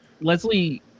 Leslie